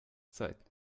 zeit